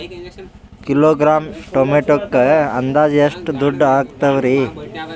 Kilogram ಟೊಮೆಟೊಕ್ಕ ಅಂದಾಜ್ ಎಷ್ಟ ದುಡ್ಡ ಅಗತವರಿ?